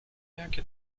jakie